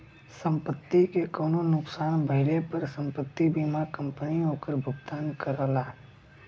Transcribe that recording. संपत्ति के कउनो नुकसान भइले पर संपत्ति बीमा कंपनी ओकर भुगतान करला